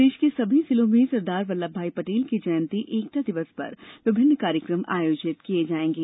प्रदेश के सभी जिलों में सरदार वल्लभभाई पटेल की जयंती एकता दिवस पर विभिन्न कार्यक्रम आयोजित किये जायेंगें